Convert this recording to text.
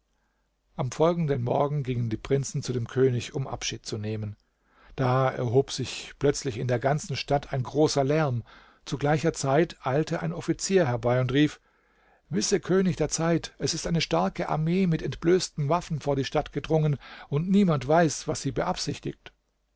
am folgenden morgen gingen die prinzen zu dem könig um abschied zu nehmen da erhob sich plötzlich in der ganzen stadt ein großer lärm zu gleicher zeit eilte ein offizier herbei und rief wisse könig der zeit es ist eine starke armee mit entblößten waffen vor die stadt gedrungen und niemand weiß was sie beabsichtigt